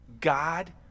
God